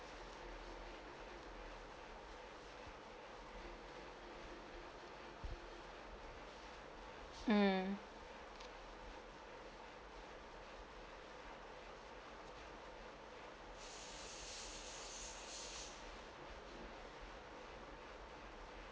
mm